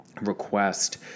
request